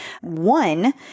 one